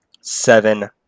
seven